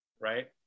right